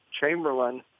Chamberlain